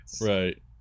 right